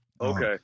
Okay